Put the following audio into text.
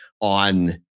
on